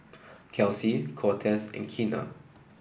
Kelsi Cortez and Keena